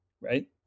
right